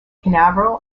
canaveral